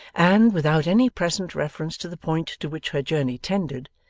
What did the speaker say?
and, without any present reference to the point to which her journey tended,